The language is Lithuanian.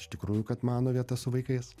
iš tikrųjų kad mano vieta su vaikais